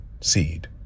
seed